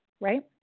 Right